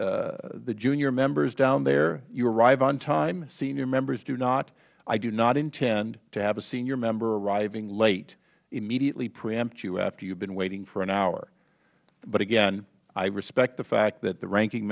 especially the junior members down there you arrive on time senior members do not i do not intend to have a senior member arriving late immediately preempt you after you have been waiting for an hour but again i respect the fact that the ranking